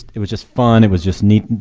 it was just fun. it was just neat.